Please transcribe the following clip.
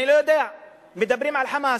אני לא יודע, מדברים על "חמאס".